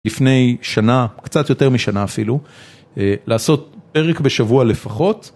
לפני שנה, או קצת יותר משנה אפילו, לעשות פרק בשבוע לפחות.